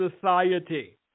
society